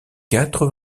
quatre